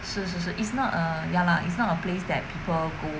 是是是 it's not a ya lah it's not a place that people go